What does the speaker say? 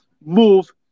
move